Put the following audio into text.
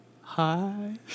hi